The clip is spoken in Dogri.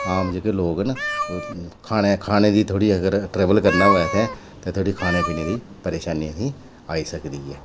आम जेह्ड़े लोक न खाने दी खाने दी थोह्ड़ी अगर ट्रैवल करना होऐ ते थोह्ड़ी खाने पीने दी परेशानी असेंगी आई सकदी ऐ